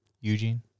Eugene